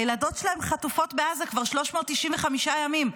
הילדות שלהן חטופות בעזה כבר 395 ימים,